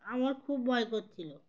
আমার খুব ভয় করছিলো